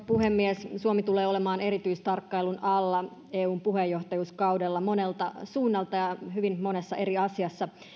puhemies suomi tulee olemaan erityistarkkailun alla eun puheenjohtajuuskaudella monelta suunnalta ja hyvin monessa eri asiassa